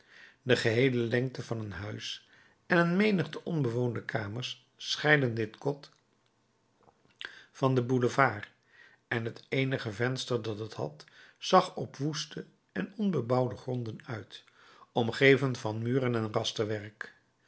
de geheele lengte van een huis en een menigte onbewoonde kamers scheidden dit kot van den boulevard en het eenige venster dat het had zag op woeste en onbebouwde gronden uit omgeven van muren en